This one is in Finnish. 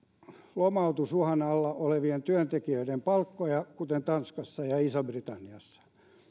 lomautusuhan alla olevien työntekijöiden palkkoja kuten tanskassa ja isossa britanniassa